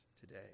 today